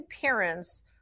parents